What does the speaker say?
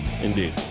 Indeed